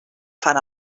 fan